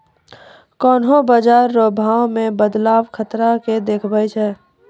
कोन्हों बाजार रो भाव मे बदलाव खतरा के देखबै छै